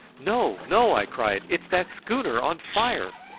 no, no, i cried it's that schooner on fire!